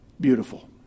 beautiful